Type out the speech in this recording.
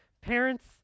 parents